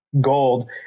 gold